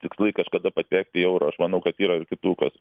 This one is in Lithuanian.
tikslai kažkada patekt į euro aš manau kad yra ir kitų kas